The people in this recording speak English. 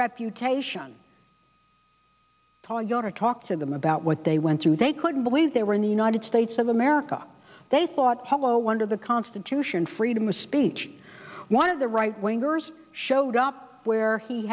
reputation all your talk to them about what they went through they couldn't believe they were in the united states of america they thought hello under the constitution freedom of speech one of the right wingers showed up where he